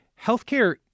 healthcare